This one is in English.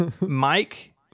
Mike